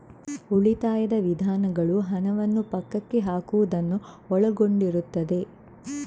ಉಳಿತಾಯದ ವಿಧಾನಗಳು ಹಣವನ್ನು ಪಕ್ಕಕ್ಕೆ ಹಾಕುವುದನ್ನು ಒಳಗೊಂಡಿರುತ್ತದೆ